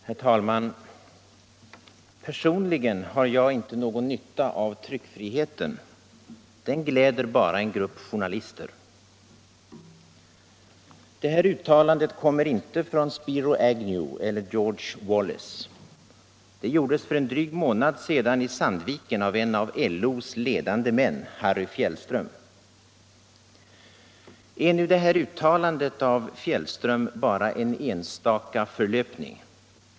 Herr talman! ”Personligen har jag inte någon nytta av tryckfriheten. Den gläder bara en grupp journalister.” Det här uttalandet kommer inte från Spiro Agnew eller George Wallace. Det gjordes för en dryg månad sedan i Sandviken av en av LO:s ledande män, Harry Fjällström. Är då det här uttalandet av Harry Fjällström bara en enstaka förlöpning?